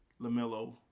LaMelo